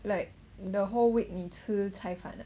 like the whole week 你吃菜饭啊